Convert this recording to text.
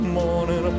morning